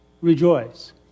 rejoice